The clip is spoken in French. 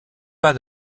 pas